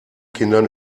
kindern